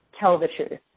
tell the truth.